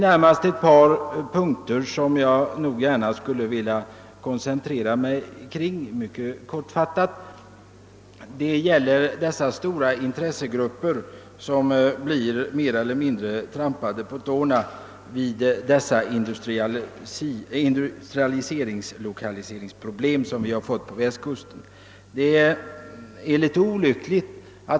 Jag vill närmast mycket kortfattat koncentrera mig på ett par punkter. Det gäller först de stora intressegrupper som blir mer eller mindre trampade på tårna i samband med de industriella lokaliseringsproblem som vi fått på västkusten.